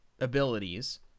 abilities